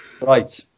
Right